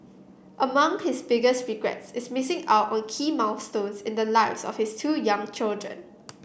among his biggest regrets is missing out on key milestones in the lives of his two young children